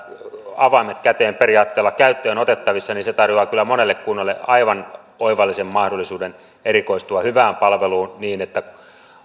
avaimet käteen periaatteella käyttöön otettavissa niin se tarjoaa kyllä monelle kunnalle aivan oivallisen mahdollisuuden erikoistua hyvään palveluun niin että